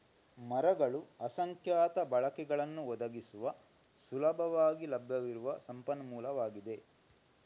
ಮರಗಳು ಅಸಂಖ್ಯಾತ ಬಳಕೆಗಳನ್ನು ಒದಗಿಸುವ ಸುಲಭವಾಗಿ ಲಭ್ಯವಿರುವ ಸಂಪನ್ಮೂಲವಾಗಿದೆ